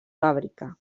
fàbrica